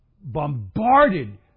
bombarded